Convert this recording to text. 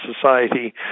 Society